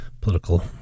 political